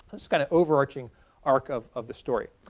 this is kind of overarching arc of of the story.